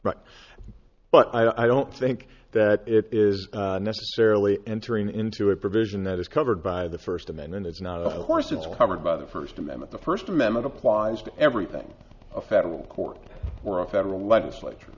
right but i don't think that it is necessarily entering into a provision that is covered by the first amendment is not a horse it's covered by the first amendment the first amendment applies to everything a federal court or a federal legislat